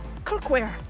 cookware